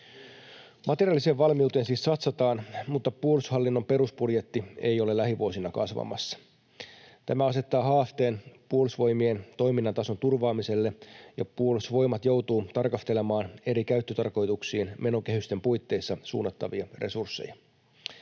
Materiaaliseen valmiuteen siis satsataan, mutta puolustushallinnon perusbudjetti ei ole lähivuosina kasvamassa. Tämä asettaa haasteen Puolustusvoimien toiminnan tason turvaamiselle, ja Puolustusvoimat joutuu tarkastelemaan eri käyttötarkoituksiin menokehysten puitteissa suunnattavia resursseja.